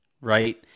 right